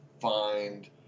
find